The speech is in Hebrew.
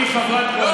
היא חברת קואליציה.